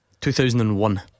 2001